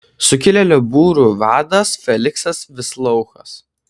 sukilėlių būrio vadas feliksas vislouchas